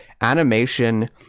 animation